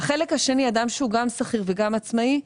החלק השני, אדם שהוא גם שכיר וגם עצמאי,